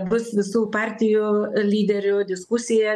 bus visų partijų lyderių diskusija